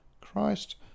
Christ